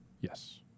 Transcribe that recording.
Yes